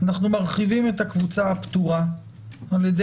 אנחנו מרחיבים את הקבוצה הפטורה על ידי